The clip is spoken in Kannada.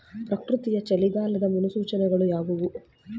ಪ್ರಕೃತಿಯ ಚಳಿಗಾಲದ ಮುನ್ಸೂಚನೆಗಳು ಯಾವುವು?